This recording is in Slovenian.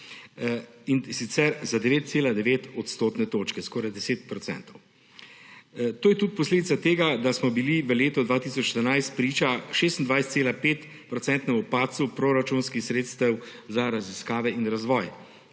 in sicer za 9,9 odstotne točke, skoraj 10 procentov. To je tudi posledica tega, da smo bili v letu 2014 priča 26,5-odstotnemu padcu proračunskih sredstev za raziskave in razvoj